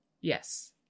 yes